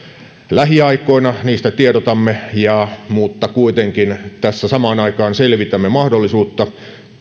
lähiaikoina niistä tiedotamme mutta kuitenkin tässä samaan aikaan selvitämme mahdollisuutta pilkkoa senaatti